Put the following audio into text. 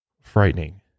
frightening